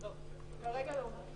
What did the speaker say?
כרגע לא.